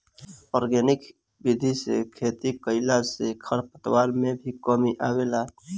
organic विधि से खेती कईला से खरपतवार में भी कमी आवेला